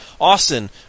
Austin